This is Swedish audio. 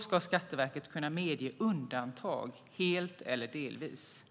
ska Skatteverket kunna medge undantag, helt eller delvis.